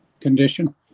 condition